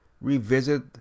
revisit